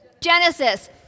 Genesis